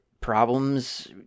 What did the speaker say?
problems